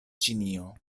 ĉinio